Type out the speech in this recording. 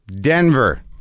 Denver